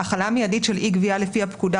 אתה מתכוון החלה מידית של אי גבייה לפי הפקודה.